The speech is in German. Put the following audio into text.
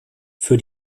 für